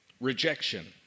rejection